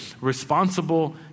Responsible